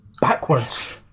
Backwards